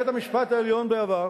בית-המשפט העליון בעבר,